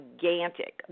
gigantic